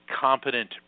competent